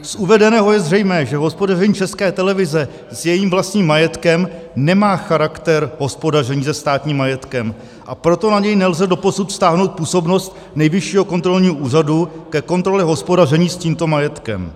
Z uvedeného je zřejmé, že hospodaření České televize s jejím vlastním majetkem nemá charakter hospodaření se státním majetkem, a proto na něj nelze doposud vztáhnout působnost Nejvyššího kontrolního úřadu ke kontrole hospodaření s tímto majetkem.